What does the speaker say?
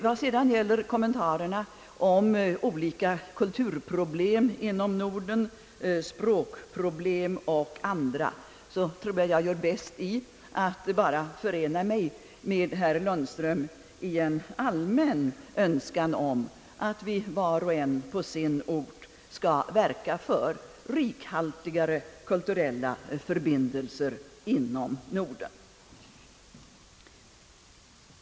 Vad sedan gäller kommentarerna om olika kulturproblem inom Norden, språkproblem och skolproblem, tror jag att jag gör bäst i att bara förena mig med herr Lundström i en allmän önskan om att vi, var och en på sin ort, skall verka för rikhaltigare kulturella förbindelser inom Norden.